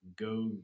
go